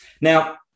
Now